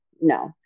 No